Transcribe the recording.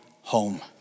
home